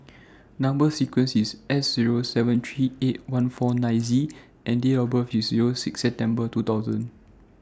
Number sequence IS S Zero seven three eight one four nine Z and Date of birth IS Zero six September two thousand